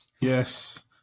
yes